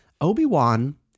Obi-Wan